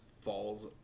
falls